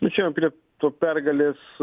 tai čia jau prie to pergalės